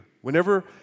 Whenever